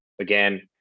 Again